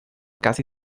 casi